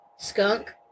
Skunk